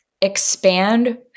expand